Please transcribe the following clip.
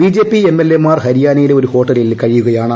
B J P M L A മാർ ഹരിയാനയിലെ ഒരു ഹോട്ടലിൽ കഴിയുകയാണ്